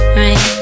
rain